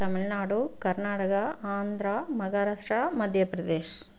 Tamil Nadu Karnataka Andhra Maharashtra Madhya Pradesh